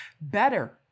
better